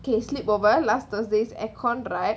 K sleep over last thursday's air con right